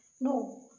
No